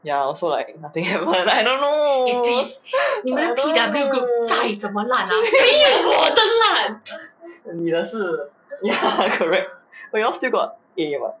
ya also like nothing happen I don't know I don't know 你的是 ya correct but you all still got A [what]